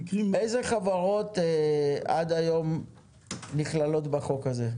איזה חברות עד היום נכללות בחוק הזה?